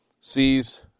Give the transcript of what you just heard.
sees